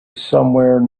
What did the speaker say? somewhere